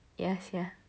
ya sia